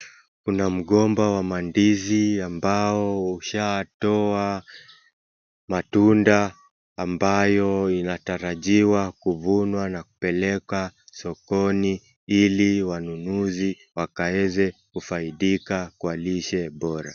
Kuna mgomba wa mandizi ambao ushatoa matunda ambayo inatarajiwa kuvunwa na kupeleka sokoni ili wanunuze wakaeze kufaidika kwa lishe bora.